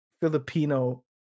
filipino